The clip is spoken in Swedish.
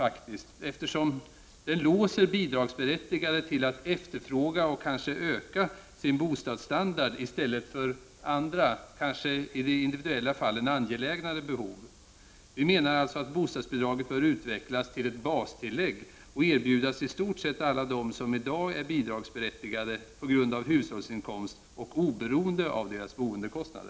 Det låser de bidragsberättigade till att efterfråga och kanske öka sin boendestandard i stället för att tillse kanske angelägnare behov. Bostadsbidraget bör utvecklas till ett bastillägg och erbjudas i stort sett alla som i dag är bidragsberättigade på grund av hushållens inkomst och oberoende av deras boendekostnad.